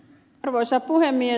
arvoisa puhemies